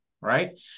right